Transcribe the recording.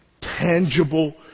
tangible